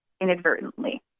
inadvertently